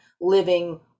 living